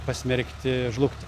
pasmerkti žlugti